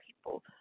people